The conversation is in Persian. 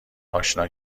آشنا